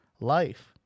Life